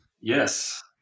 Yes